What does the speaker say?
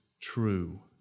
true